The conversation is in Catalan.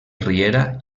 riera